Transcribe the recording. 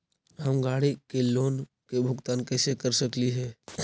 हम गाड़ी के लोन के भुगतान कैसे कर सकली हे?